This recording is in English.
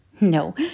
No